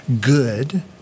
good